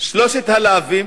ו"שלושת הלאווים",